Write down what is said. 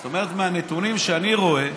זאת אומרת, מהנתונים שאני רואה,